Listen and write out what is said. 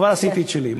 כבר עשיתי את שלי.